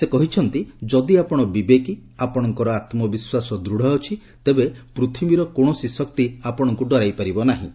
ସେ କହିଛନ୍ତି ଯଦି ଆପଣ ବିବେକି ଆପଣଙ୍କର ଆତ୍ମବିଶ୍ୱାସ ଦୂଢ଼ ଅଛି ତେବେ ପୃଥିବୀର କୌଣସି ଶକ୍ତି ଆପଣଙ୍କୁ ଡରାଇ ପାରିବ ନାହିଁ